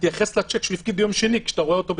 תתייחס לשיק שהוא הפקיד ביום שני כשאתה רואה אותו,